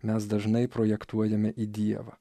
mes dažnai projektuojame į dievą